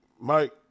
Mike